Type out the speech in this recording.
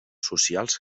socials